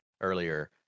earlier